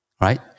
right